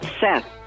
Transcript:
Seth